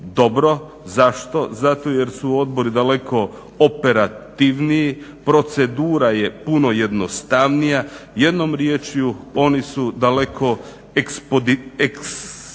dobro. Zašto? Zato jer su odbori daleko operativniji, procedura je puno jednostavnija. Jednom riječju oni su daleko ekspeditivniji.